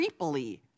creepily